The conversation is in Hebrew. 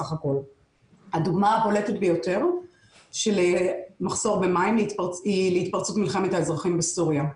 הדוגמא הבולטת ביותר של מחסור במים היא להתפרצות מלחמת האזרחים בסוריה.